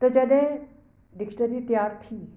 त जॾहिं डिक्शनरी तयार थी